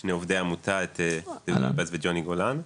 שני עובדי עמותה, דודו אלבז וג'וני גולן.